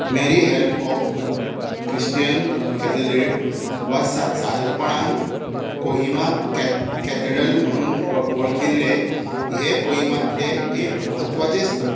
Mary help of Christians कॅथलेट वा सादारणपणान कोहिमा कॅथ कॅथेड्रल म्हणून वळखिल्लें हें कोहिमांतलें एक म्हत्वाचें स्थळ